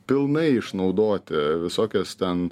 pilnai išnaudoti visokias ten